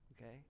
okay